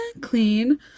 clean